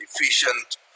efficient